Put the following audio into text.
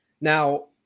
Now